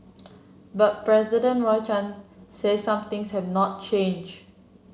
but President Roy Chan says some things have not changed